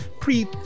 pre